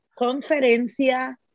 Conferencia